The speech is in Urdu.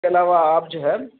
اس کے علاوہ آپ جو ہے